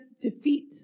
defeat